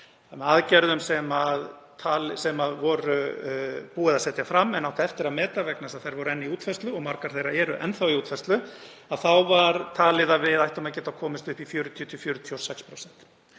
Með aðgerðum sem var búið að setja fram en átt eftir að meta, vegna þess að þær voru enn í útfærslu og margar þeirra eru enn í útfærslu, var talið að við ættum að geta komist upp í 40–46%.